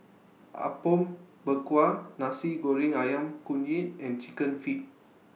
Apom Berkuah Nasi Goreng Ayam Kunyit and Chicken Feet